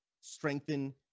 strengthen